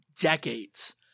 decades